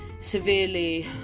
severely